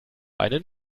einen